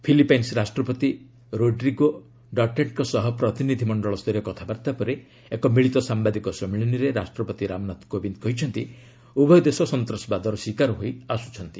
Philippine ରାଷ୍ଟ୍ରପତି Rodrigo ଡଟେର୍ଟଙ୍କ ସହ ପ୍ରତିନିଧିମଣ୍ଡଳସ୍ତରୀୟ କଥାବାର୍ତ୍ତା ପରେ ଏକ ମିଳିତ ସାମ୍ଭାଦିକ ସମ୍ମିଳନୀରେ ରାଷ୍ଟ୍ରପତି ରାମନାଥ କୋବିନ୍ଦ କହିଛନ୍ତି ଉଭୟ ଦେଶ ସନ୍ତ୍ରାସବାଦର ଶିକାର ହୋଇଆସିଛନ୍ତି